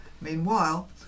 Meanwhile